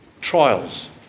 trials